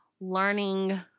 learning